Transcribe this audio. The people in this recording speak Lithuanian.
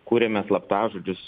kuriame slaptažodžius